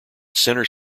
centre